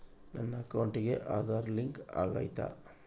ನನ್ನ ಅಕೌಂಟಿಗೆ ಆಧಾರ್ ಲಿಂಕ್ ಆಗೈತಾ?